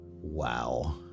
Wow